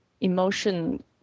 emotion